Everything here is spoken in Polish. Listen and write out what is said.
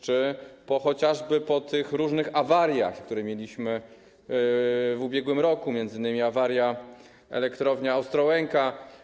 Czy chociażby po tych różnych awariach, które mieliśmy w ubiegłym roku, m.in. awarii elektrowni Ostrołęka.